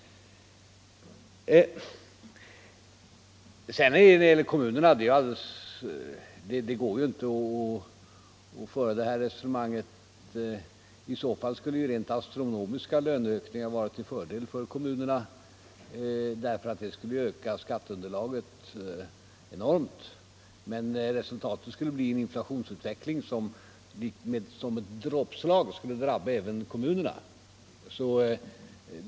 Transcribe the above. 91 Det går ju inte att föra ett sådant resonemang som det som har förts om kommunerna. I så fall skulle rent astronomiska löneökningar vara till fördel för kommunerna, därför att de skulle öka skatteunderlaget enormt. Men resultatet skulle bli en inflationsutveckling som likt ett dråpslag skulle drabba även kommunerna.